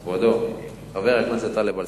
כבודו, חבר הכנסת טלב אלסאנע,